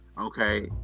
Okay